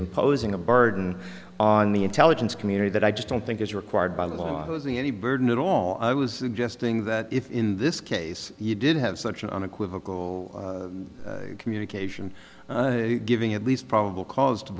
imposing a burden on the intelligence community that i just don't think is required by law is the any burden at all i was suggesting that if in this case you did have such an unequivocal communication giving at least probable cause to